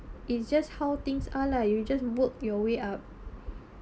it's just how things are lah you just work your way up